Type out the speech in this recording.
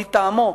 מטעמו,